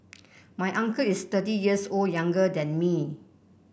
my uncle is thirty years old younger than me